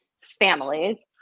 families